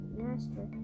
master